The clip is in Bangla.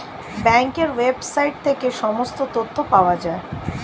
ব্যাঙ্কের ওয়েবসাইট থেকে সমস্ত তথ্য পাওয়া যায়